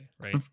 right